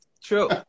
True